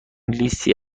لیستی